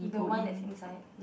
the one that inside